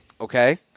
okay